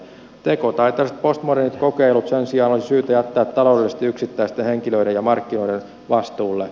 tekotaiteelliset postmodernit kokeilut sen sijaan olisi syytä jättää taloudellisesti yksittäisten henkilöiden ja markkinoiden vastuulle